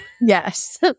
Yes